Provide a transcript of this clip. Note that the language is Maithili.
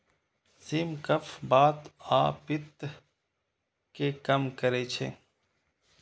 सिम कफ, बात आ पित्त कें कम करै छै